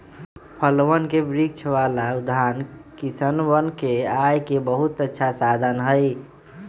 फलवन के वृक्ष वाला उद्यान किसनवन के आय के बहुत अच्छा साधन हई